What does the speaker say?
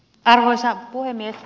arvoisa puhemies